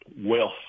wealth